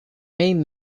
name